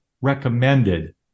recommended